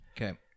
Okay